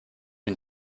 une